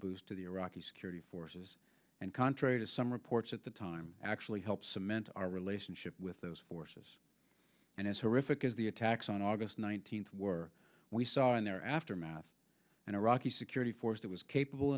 boost to the iraqi security forces and contrary to some reports at the time actually helped cement our relationship with those forces and as horrific as the attacks on august nineteenth were we saw in their aftermath an iraqi security force that was capable